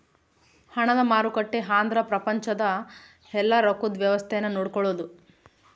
ಹಣದ ಮಾರುಕಟ್ಟೆ ಅಂದ್ರ ಪ್ರಪಂಚದ ಯೆಲ್ಲ ರೊಕ್ಕದ್ ವ್ಯವಸ್ತೆ ನ ನೋಡ್ಕೊಳೋದು